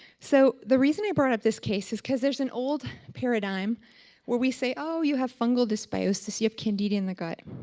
so the reason i brought up this case is because there's an old paradigm where we say, oh, you have fungal dysbiosis, you have candida in the gut